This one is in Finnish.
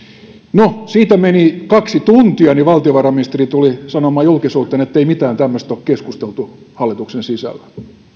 no siitä meni kaksi tuntia kun valtiovarainministeri tuli sanomaan julkisuuteen ettei mistään tämmöisestä ole keskusteltu hallituksen sisällä